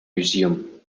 museum